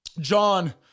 John